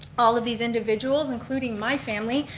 all of these individuals, including my family,